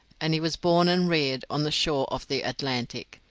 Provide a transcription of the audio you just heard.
and he was born and reared on the shore of the atlantic.